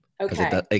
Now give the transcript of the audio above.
Okay